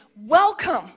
welcome